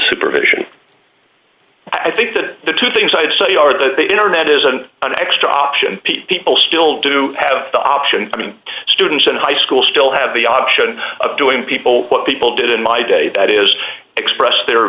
supervision i think that the two things i'd say are that the internet isn't an extra option people still do have the option i mean students in high school still have the option of doing people what people did in my day that is express their